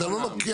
אתה לא לוקח.